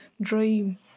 dream